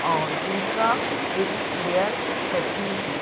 और दूसरा एक एक लेयर चटनी की